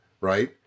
Right